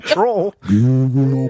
Troll